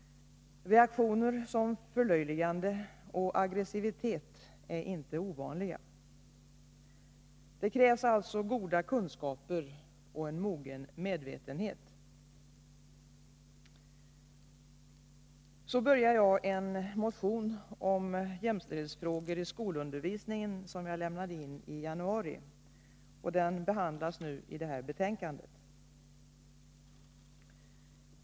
Reaktioner som förlöjligande eller aggressivitet är inte ovanliga. Det krävs alltså goda kunskaper och en mogen medvetenhet.” Så började jag en motion om jämställdhetsfrågor i skolundervisningen som jag lämnade in i januari. Den behandlas i detta betänkande.